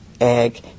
egg